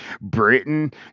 Britain